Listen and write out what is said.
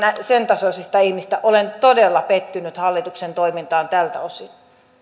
sen tasoisista ihmisistä olen todella pettynyt hallituksen toimintaan tältä osin